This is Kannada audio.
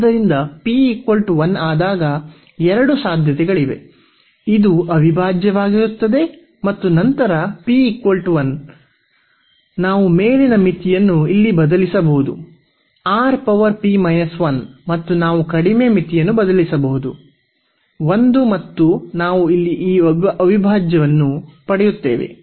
ಆದ್ದರಿಂದ p 1 ಆದಾಗ ಎರಡು ಸಾಧ್ಯತೆಗಳಿವೆ ಇದು ಅವಿಭಾಜ್ಯವಾಗಿರುತ್ತದೆ ಮತ್ತು ನಂತರ ನಾವು ಮೇಲಿನ ಮಿತಿಯನ್ನು ಇಲ್ಲಿ ಬದಲಿಸಬಹುದು Rp 1 ಮತ್ತು ನಾವು ಕಡಿಮೆ ಮಿತಿಯನ್ನು ಬದಲಿಸಬಹುದು ಒಂದು ಮತ್ತು ನಾವು ಇಲ್ಲಿ ಈ ಅವಿಭಾಜ್ಯವನ್ನು ಪಡೆಯುತ್ತೇವೆ